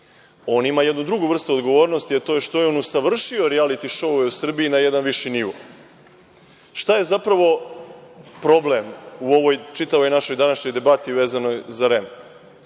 On ima jednu drugu vrstu odgovornosti, a to je što je on usavršio rijaliti šoue u Srbiji na jedan viši nivo. Šta je zapravo problem u ovoj čitavoj našoj današnjoj debati vezanoj za REM?